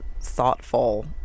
thoughtful